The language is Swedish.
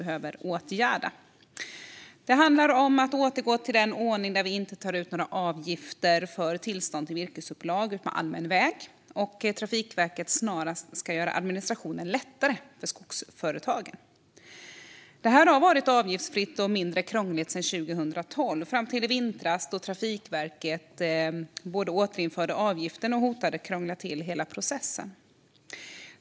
Det första tillkännagivandet handlar om att återgå till den ordning där vi inte tar ut några avgifter för tillstånd till virkesupplag utmed allmän väg och att Trafikverket snarast ska göra administrationen lättare för skogsföretagen. Detta har varit avgiftsfritt och mindre krångligt sedan 2012 - fram till i vintras, då Trafikverket både återinförde avgiften och hotade att krångla till hela tillståndsprocessen.